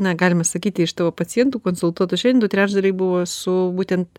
na galima sakyti iš tavo pacientų konsultuotų šian du trečdaliai buvo su būtent